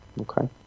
Okay